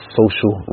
social